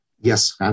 Yes